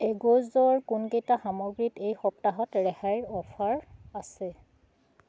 এগ'জৰ কোনকেইটা সামগ্ৰীত এই সপ্তাহত ৰেহাইৰ অফাৰ আছে